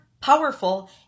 powerful